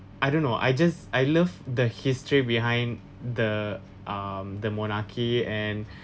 I don't know I just I love the history behind the um the monarchy and